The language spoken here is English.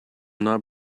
not